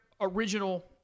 original